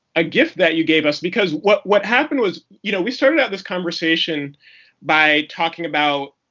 a gift that you gave us. because what what happened was you know, we started out this conversation by talking about